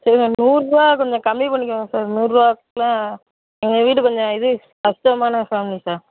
சரி மேம் நூறுபா கொஞ்சம் கம்மி பண்ணிக்கோங்க சார் நூறுபா எங்கள் வீடு கொஞ்சம் இது கஷ்டமான ஃபேமிலி சார்